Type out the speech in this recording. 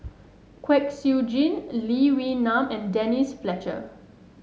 Kwek Siew Jin Lee Wee Nam and Denise Fletcher